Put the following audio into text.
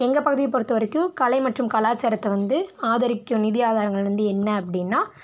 எங்கள் பகுதியை பொருத்தவரைக்கும் கலை மற்றும் கலாச்சாரத்தை வந்து ஆதரிக்கும் நிதி ஆதாரங்கள் வந்து என்ன அப்படின்னா